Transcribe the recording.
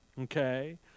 okay